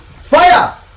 fire